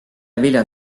vilja